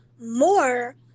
more